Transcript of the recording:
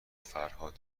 فرهاد